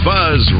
Buzz